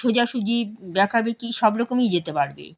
সোজাসুজি বেঁকাবেকি সব রকমই যেতে পারবে